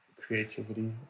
creativity